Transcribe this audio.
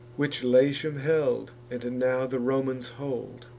which latium held, and now the romans hold,